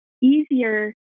easier